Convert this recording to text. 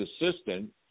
assistant